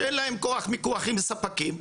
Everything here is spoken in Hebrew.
שאין להם כוח מיקוח עם הספקים.